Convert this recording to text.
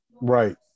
Right